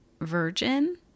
virgin